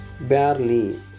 barely